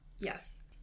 Yes